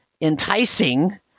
enticing